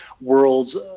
world's